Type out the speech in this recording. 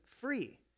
free